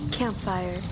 Campfire